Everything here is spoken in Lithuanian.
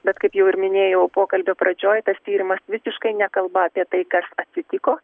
bet kaip jau ir minėjau pokalbio pradžioj tas tyrimas visiškai nekalba apie tai kas atsitiko